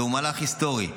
זהו מהלך היסטורי,